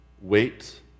Wait